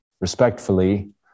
respectfully